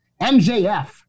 MJF